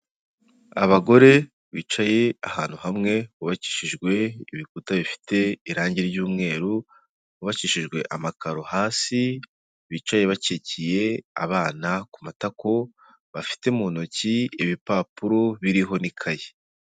Abagore bicaye ahantu hamwe, hubakishijwe ibikuta bifite irangi ry'umweru, hubakishijwe amakaro hasi, bicaye bakikiye abana ku matako, bafite mu ntoki ibipapuro biriho n'ikaye.